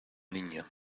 niña